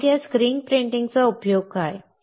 मग या स्क्रीन प्रिंटिंगचा उपयोग काय